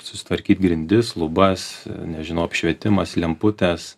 susitvarkyt grindis lubas nežinau apšvietimas lemputes